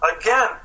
again